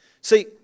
See